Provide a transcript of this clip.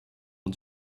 ont